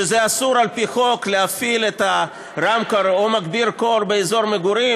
שאסור על-פי חוק להפעיל את הרמקול או את מגביר הקול באזור מגורים,